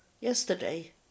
yesterday